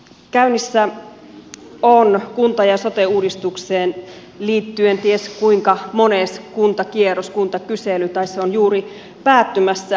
käynnissä on kunta ja sote uudistukseen liittyen ties kuinka mones kuntakierros kuntakysely tai se on juuri päättymässä